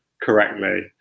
correctly